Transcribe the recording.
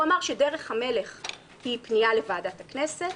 הוא אמר שדרך המלך היא פנייה לוועדת הכנסת,